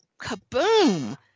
kaboom